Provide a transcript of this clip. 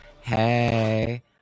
hey